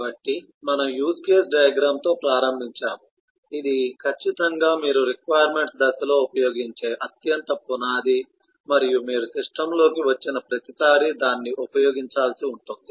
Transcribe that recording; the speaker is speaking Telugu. కాబట్టి మనము యూజ్ కేస్ డయాగ్రమ్ తో ప్రారంభించాము ఇది ఖచ్చితంగా మీరు రిక్వైర్మెంట్స్ దశలో ఉపయోగించే అత్యంత పునాది మరియు మీరు సిస్టమ్లోకి వచ్చిన ప్రతిసారీ దాన్ని ఉపయోగించాల్సి ఉంటుంది